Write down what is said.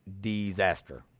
disaster